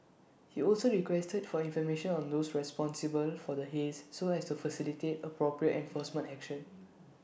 he also requested for information on those responsible for the haze so as to facilitate appropriate enforcement action